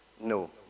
No